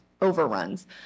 overruns